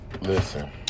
Listen